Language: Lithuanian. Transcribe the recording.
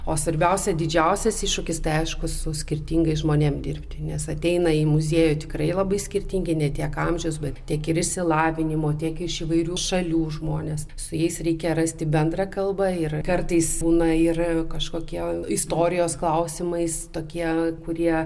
o svarbiausia didžiausias iššūkis tai aišku su skirtingais žmonėm dirbti nes ateina į muziejų tikrai labai skirtingi ne tiek amžius bet tiek ir išsilavinimo tiek iš įvairių šalių žmonės su jais reikia rasti bendrą kalbą ir kartais būna ir kažkokie istorijos klausimais tokie kurie